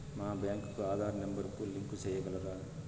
మా బ్యాంకు కు ఆధార్ నెంబర్ కు లింకు సేయగలరా?